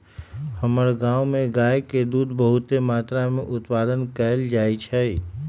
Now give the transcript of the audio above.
हमर गांव में गाय के दूध बहुते मत्रा में उत्पादन कएल जाइ छइ